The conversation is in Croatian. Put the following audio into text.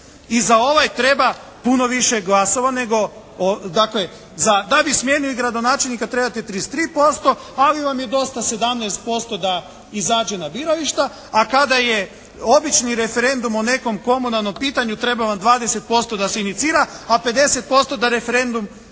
I za ovaj treba puno više glasova nego dakle za, da bi smijenili gradonačelnika trebate 33% ali vam je dosta 17% da izađe na birališta, a kada je obični referendum o nekom komunalnom pitanju treba vam 20% da se inicira a 50% da referendum prođe